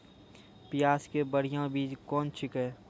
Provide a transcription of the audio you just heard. प्याज के बढ़िया बीज कौन छिकै?